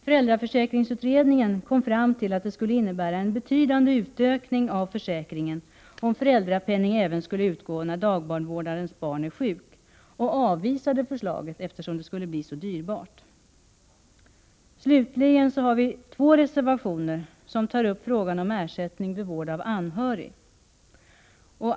Föräldraförsäkringsutredningen kom fram till att det skulle innebära en betydande utökning av försäkringen om föräldrapenning även skulle utgå när dagbarnvårdarens barn är sjukt och avvisade förslaget, eftersom det skulle bli så dyrbart att genomföra. Slutligen har vi två reservationer som tar upp frågan om ersättning vid vård av anhörig.